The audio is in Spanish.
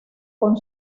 con